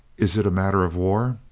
is it a matter of war?